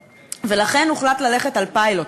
ולכן הוחלט ללכת על פיילוט,